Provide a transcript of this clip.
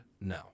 No